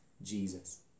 Jesus